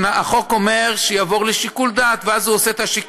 החוק אומר שיעבור לשיקול דעת,